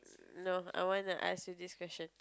no I want to ask you this question